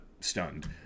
stunned